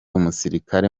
umusirikare